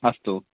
अस्तु